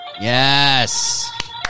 Yes